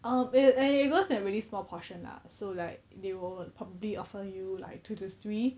um it it it goes in a really small portion lah so like they will probably offer you like two to three